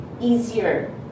easier